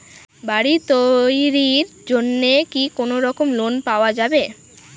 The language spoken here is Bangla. বাড়ি তৈরির জন্যে কি কোনোরকম লোন পাওয়া যাবে?